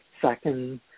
second